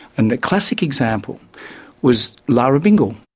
and the classic example was lara bingle.